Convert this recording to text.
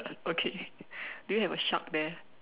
okay do you have a shark there